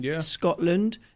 Scotland